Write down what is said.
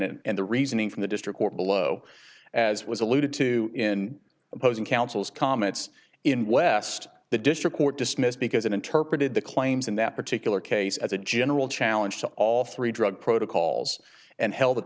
and the reasoning from the district court below as was alluded to in opposing counsel's comments in west the district court dismissed because it interpreted the claims in that particular case as a general challenge to all three drug protocols and hel